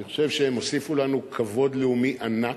אני חושב שהם הוסיפו לנו כבוד לאומי ענק.